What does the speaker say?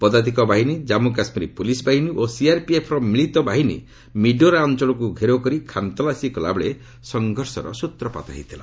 ପଦାତିକ ବାହିନୀ ଜାମ୍ମୁକାଶ୍ମୀର ପୁଲିସ୍ ବାହିନୀ ଓ ସିଆର୍ପିଏଫ୍ ର ମିଳିତ ବାହିନୀ ମିଡୋରା ଅଞ୍ଚଳକୁ ଘେରାଉ କରି ଖାନ୍ତଲାସୀ କଲା ବେଳେ ସଂଘର୍ଷର ସ୍ତ୍ରପାତ ହୋଇଥିଲା